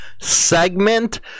segment